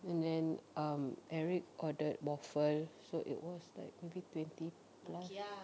and then um eric ordered waffle so it was like maybe twenty plus